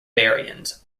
baryons